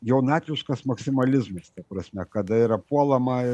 jaunatviškas maksimalizmas ta prasme kada yra puolama